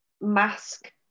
Mask